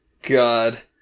god